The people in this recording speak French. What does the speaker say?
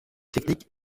technique